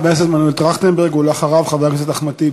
חבר הכנסת מנואל טרכטנברג,